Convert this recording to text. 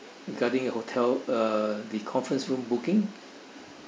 regarding your hotel uh the conference room booking